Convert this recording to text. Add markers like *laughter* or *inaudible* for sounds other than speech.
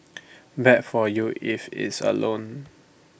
*noise* bad for you if it's A loan